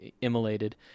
immolated